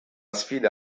sfida